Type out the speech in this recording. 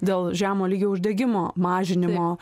dėl žemo lygio uždegimo mažinimo